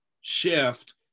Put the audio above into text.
shift